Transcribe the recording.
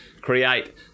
create